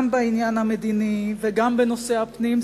גם בעניין המדיני וגם בנושא הפנים,